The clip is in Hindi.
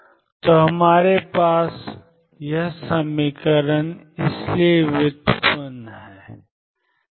तो हमारे पास iℏ ∂t22m ∂x∂x ∂ψ∂x इसलिए व्युत्पन्न है